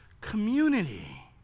community